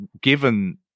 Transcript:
given